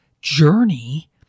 journey